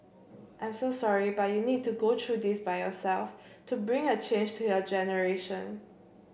I'm so sorry but you need to go through this by yourself to bring a change to your generation